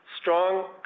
strong